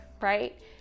right